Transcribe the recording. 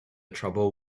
trouble